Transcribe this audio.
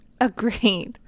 Agreed